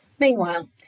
Meanwhile